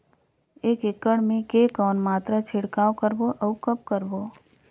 एक एकड़ मे के कौन मात्रा छिड़काव करबो अउ कब करबो?